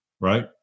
Right